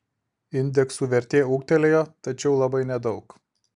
indeksų vertė ūgtelėjo tačiau labai nedaug